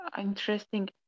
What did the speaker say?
Interesting